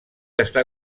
està